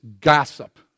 gossip